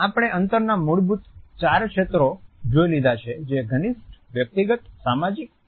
આપણે અંતરના મૂળભૂત ચાર ક્ષેત્રો જોઈ લીધા છે જે ઘનિષ્ઠ વ્યક્તિગત સામાજિક અને જાહેર છે